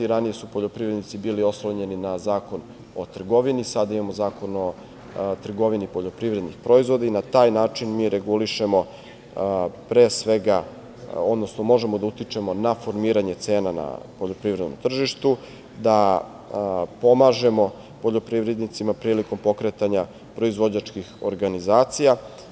Ranije su poljoprivrednici bili oslonjeni na Zakon o trgovini, sada imamo Zakon o trgovini poljoprivrednih proizvoda i na taj način mi možemo da utičemo na formiranje cena na poljoprivrednom tržištu, da pomažemo poljoprivrednicima prilikom pokretanja proizvođačkih organizacija.